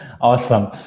Awesome